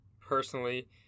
personally